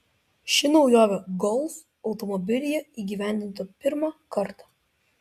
ši naujovė golf automobilyje įgyvendinta pirmą kartą